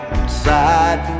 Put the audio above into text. inside